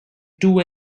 two